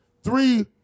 Three